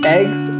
Eggs